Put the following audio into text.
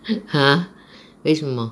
!huh! 为什么